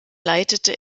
leitete